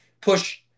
push